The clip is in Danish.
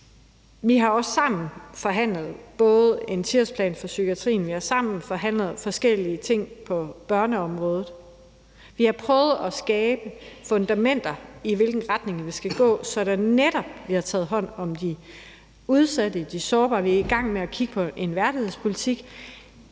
vi har også sammen forhandlet en 10-årsplan for psykiatrien, vi har sammen forhandlet forskellige ting på børneområdet, vi har prøvet at skabe fundamenter for, i hvilken retning vi skal gå, så der netop bliver taget hånd om de udsatte og de sårbare, og vi er i gang med at kigge på en værdighedspolitik.